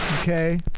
okay